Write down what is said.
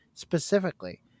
specifically